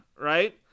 right